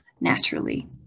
naturally